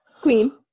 queen